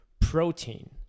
protein